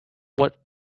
what